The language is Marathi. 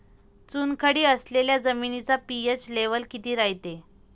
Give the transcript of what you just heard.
चुनखडी असलेल्या जमिनीचा पी.एच लेव्हल किती रायते?